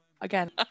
again